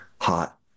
hot